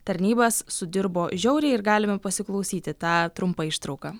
tarnybas sudirbo žiauriai ir galime pasiklausyti tą trumpą ištrauką